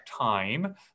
time